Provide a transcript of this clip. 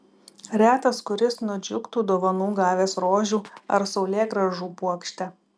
retas kuris nudžiugtų dovanų gavęs rožių ar saulėgrąžų puokštę